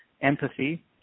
empathy